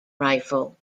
rifle